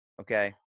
Okay